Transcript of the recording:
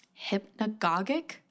Hypnagogic